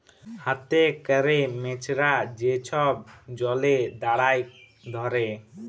হাতে ক্যরে মেছরা যে ছব জলে দাঁড়ায় ধ্যরে